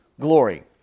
glory